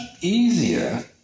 easier